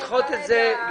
לדחות את זה.